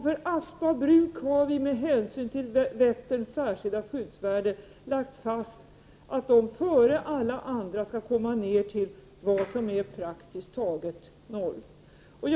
För Aspa bruk har vi, med hänsyn till Vätterns särskilda skyddsvärde, lagt fast att de före alla andra skall komma ned till vad som är praktiskt taget noll.